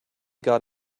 got